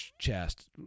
chest